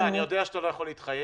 אני יודע שאתה לא יכול להתחייב.